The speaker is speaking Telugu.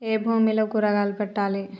ఏ భూమిలో కూరగాయలు పెట్టాలి?